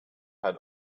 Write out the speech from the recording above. had